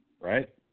Right